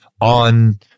on